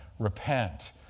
Repent